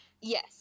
Yes